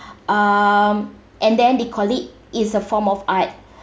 um and then they call it is a form of art